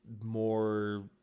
more